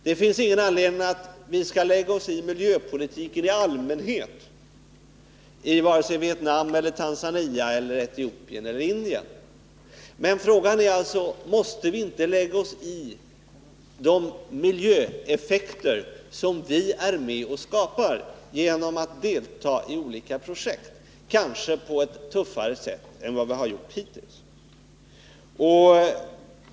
Det finns ingen anledning att lägga sig i miljöpolitiken i allmänhet, varken i Vietnam, Tanzania, Etiopien eller Indien, men måste vi inte, kanske på ett tuffare sätt än vi hittills har gjort, ta ställning till de miljöeffekter som vi är med och skapar genom deltagande i olika projekt?